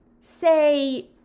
say